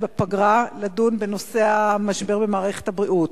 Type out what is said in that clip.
בפגרה לדון בנושא המשבר במערכת הבריאות,